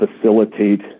facilitate